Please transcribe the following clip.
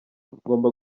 ngomba